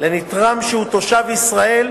לנתרם שהוא תושב ישראל,